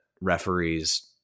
referees